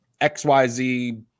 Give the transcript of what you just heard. XYZ